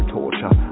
torture